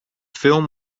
film